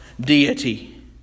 deity